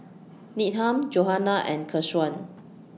Needham Johanna and Keshawn